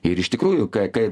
ir iš tikrųjų ką kai